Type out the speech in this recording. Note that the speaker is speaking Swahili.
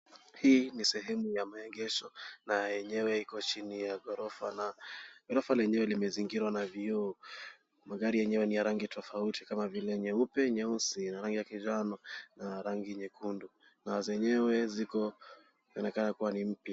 Hii ni sehemu ya maegesho na yenyewe iko chini ya gorofa na gorofa lenyewe limezingirwa na vioo , magari yenyewe ni ya rangi tofauti kama vile nyeupe, nyeusi na rangi ya kinjano na rangi nyekundu na zenyewe ziko zinaonekana kuwa ni mpya.